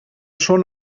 schon